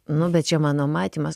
nu bet čia mano matymas